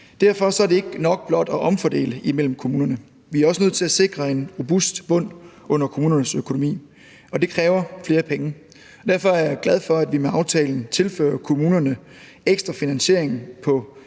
Derfor er det ikke nok blot at omfordele imellem kommunerne – vi er også nødt til at sikre en robust bund under kommunernes økonomi, og det kræver flere penge. Derfor er jeg glad for, at vi med aftalen tilfører kommunerne ekstra finansiering på